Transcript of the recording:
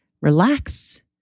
relax